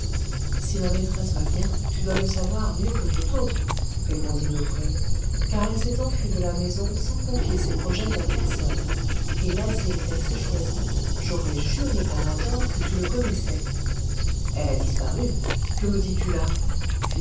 si ma maîtresse va bien tu dois le savoir mieux que tout autre répondit nofré car elle s'est enfuie de la maison sans confier ses projets à personne et l'asile qu'elle s'est choisi j'aurais juré par hâthor que tu le connaissais elle a disparu que me dis-tu là